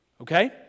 Okay